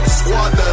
squad